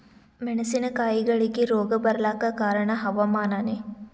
ಮೆಣಸಿನ ಕಾಯಿಗಳಿಗಿ ರೋಗ ಬಿಳಲಾಕ ಕಾರಣ ಹವಾಮಾನನೇ?